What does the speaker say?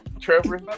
Trevor